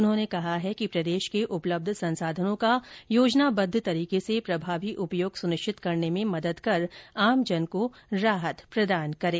उन्होंने कहा है कि प्रदेश के उपलब्ध संसाधनों का योजनाबद्व तरीके से प्रभावी उपयोग ं सुनिश्चित करने में मदद कर आम जन को राहत प्रदान करें